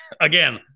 again